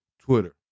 Twitter